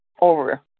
over